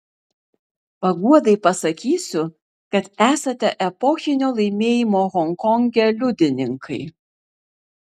paguodai pasakysiu kad esate epochinio laimėjimo honkonge liudininkai